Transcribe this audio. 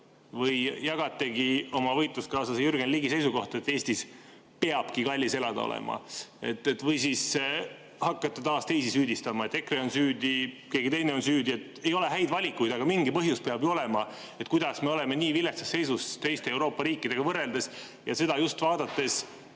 või jagate oma võitluskaaslase Jürgen Ligi seisukohta, et Eestis peabki kallis elada olema? Või siis hakkate taas teisi süüdistama: EKRE on süüdi, keegi teine on süüdi? Ei ole häid valikuid, aga mingi põhjus peab ju olema, miks me oleme nii viletsas seisus teiste Euroopa riikidega võrreldes ja seda just vaadates